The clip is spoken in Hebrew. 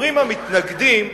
אומרים המתנגדים: